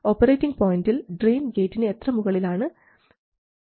operating പോയൻറിൽ drain ഗേറ്റിന് എത്ര മുകളിലാണ് പ്ലസ് VT